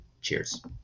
Cheers